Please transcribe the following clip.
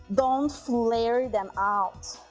don't flare them out,